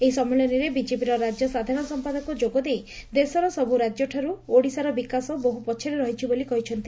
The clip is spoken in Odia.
ଏହି ସମ୍ମିଳନୀରେ ବିଜେପିର ରାଜ୍ୟ ସାଧାରଣ ସମ୍ପାଦକ ଯୋଗଦେଇ ଦେଶର ସବୁ ରାଜ୍ୟଠାରୁ ଓଡ଼ିଶାର ବିକାଶର ବହ୍ ପଛରେ ରହିଛି ବୋଲି କହିଛନ୍ତି